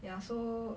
ya so